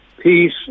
peace